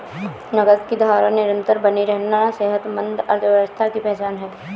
नकद की धारा निरंतर बनी रहना सेहतमंद अर्थव्यवस्था की पहचान है